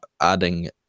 adding